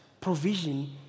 Provision